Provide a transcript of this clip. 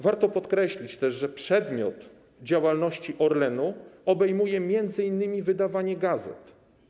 Warto podkreślić też, że przedmiot działalności Orlenu obejmuje m.in. wydawanie gazet.